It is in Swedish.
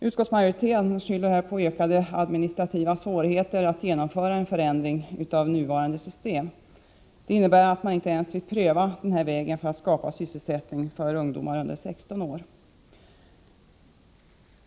Utskottsmajoriteten skyller på ökade administrativa svårigheter med att genomföra en förändring av nuvarande system. Det innebär att utskottet inte ens vill pröva denna väg för att skapa sysselsättning åt ungdomar under 16 år.